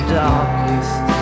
darkest